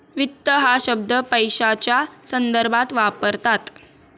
वित्त हा शब्द पैशाच्या संदर्भात वापरतात